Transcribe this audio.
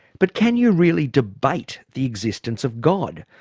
but can you really debate the existence of god,